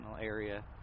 area